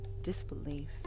disbelief